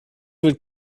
wird